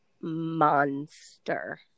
monster